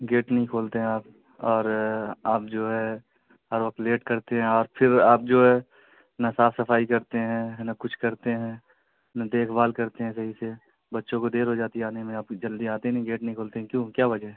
get نہیں کھولتے ہیں آپ اور آپ جو ہے ہر وقت لیٹ کرتے ہیں اور پھر آپ جو ہے نہ صاف صفائی کرتے ہیں نہ کچھ کرتے ہیں نہ دیکھ بھال کرتے ہیں صحیح سے بچوں کو دیر ہو جاتی ہے آنے میں آپ جلدی آتے نہیں گیٹ نہیں کھولتے ہیں کیوں کیا وجہ ہے